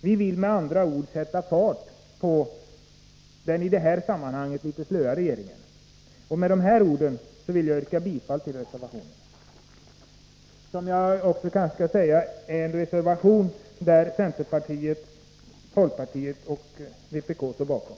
Vi vill med andra ord sätta fart på den i detta sammanhang litet slöa regeringen. Med dessa ord vill jag yrka bifall till reservationen. Jag kanske också skall nämna att detta är en reservation som centerpartiet, folkpartiet och vpk står bakom.